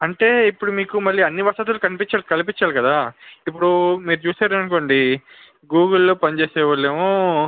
అంటే ఇప్పుడు మీకు మళ్ళీ అన్ని వసతులు కల్పించాలి కల్పించాలి కదా ఇప్పుడు మీరు చూసారు అనుకోండి గూగుల్లో పనిచేసేవాళ్ళేమో